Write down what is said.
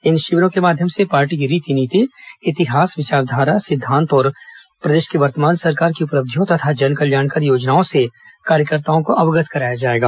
इन शिविरों के माध्यम से पार्टी की रीति नीति इतिहास विचारधारा सिद्धांत और प्रदेश की वर्तमान सरकार की उपलब्धियों तथा जनकल्याणकारी योजनाओं से कार्यकर्ताओं को अवगत कराया जाएगा